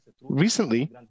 Recently